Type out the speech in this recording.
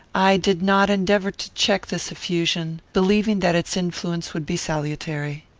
i did not endeavour to check this effusion, believing that its influence would be salutary.